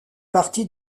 partie